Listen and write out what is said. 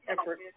effort